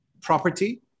property